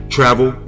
Travel